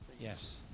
Yes